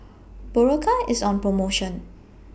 Berocca IS on promotion